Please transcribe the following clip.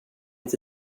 inte